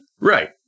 Right